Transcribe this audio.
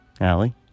Allie